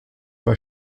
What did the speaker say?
pas